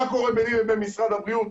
מה קורה ביני לבין משרד הבריאות?